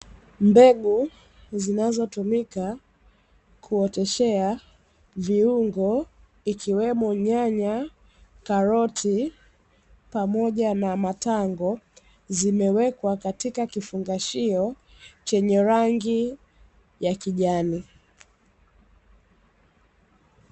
Mbegu zinazotumika kuoteshea viungo, ikiwemo nyanya, karoti, pamoja na matango, zimewekwa katika kifungashio, chenye rangi ya kijani.